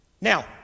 Now